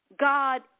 God